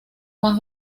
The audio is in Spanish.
más